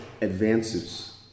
advances